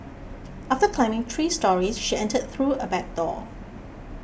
after climbing three storeys she entered through a back door